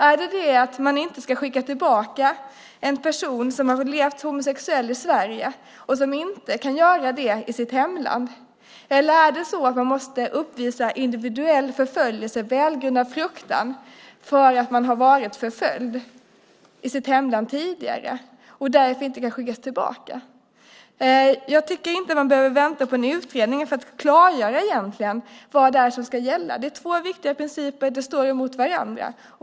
Är det att man inte ska skicka tillbaka en person som har levt som öppet homosexuell i Sverige och som inte kan göra det i sitt hemland, eller måste man uppvisa individuell förföljelse och välgrundad fruktan för att man har varit förföljd i sitt hemland tidigare och därför inte kan skickas tillbaka? Jag tycker inte att vi behöver vänta på en utredning för att klargöra vad det är som ska gälla. Det är två viktiga principer, och de står mot varandra.